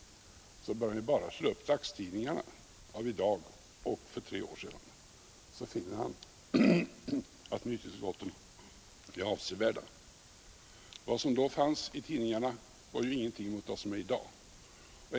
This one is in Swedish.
Han kan bara slå upp dagstidningarna av i dag och för tre år sedan, så finner han att nytillskotten är avsevärda. Vad som då fanns i tidningarna var ingenting mot vad som finns där i dag.